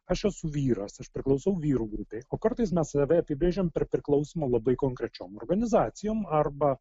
aš esu vyras aš priklausau vyrų grupei o kartais mes save apibrėžiam ar priklausymą labai konkrečiom organizacijom arba